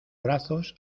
brazos